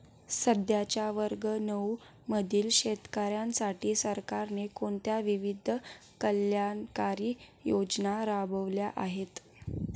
सध्याच्या वर्ग नऊ मधील शेतकऱ्यांसाठी सरकारने कोणत्या विविध कल्याणकारी योजना राबवल्या आहेत?